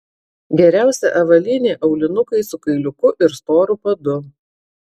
geriausia avalynė aulinukai su kailiuku ir storu padu